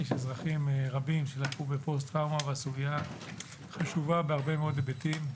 יש אזרחים רבים שלקו בפוסט-טראומה והסוגיה חשובה מהרבה מאוד היבטים.